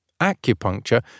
Acupuncture